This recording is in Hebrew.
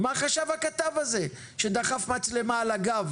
מה חשב הכתב הזה שדחף מצלמה על הגב